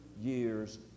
years